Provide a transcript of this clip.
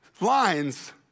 lines